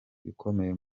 bikomeye